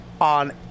on